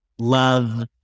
Love